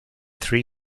three